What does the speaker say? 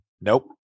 Nope